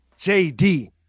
JD